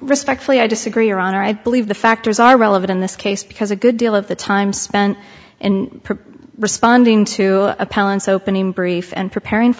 respectfully i disagree your honor i believe the factors are relevant in this case because a good deal of the time spent in responding to a palace opening brief and preparing for